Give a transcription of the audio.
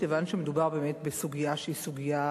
כיוון שמדובר בסוגיה שהיא סוגיה